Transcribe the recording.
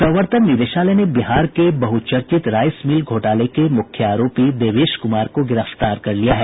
प्रवर्तन निदेशालय ने बिहार के बहुचर्चित राइस मिल घोटाले के मुख्य आरोपी देवेश कुमार को गिरफ्तार कर लिया है